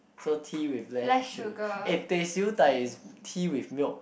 so tea with less sugar eh teh siew dai is tea with milk